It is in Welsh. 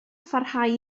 pharhau